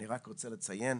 אני רק רוצה לציין,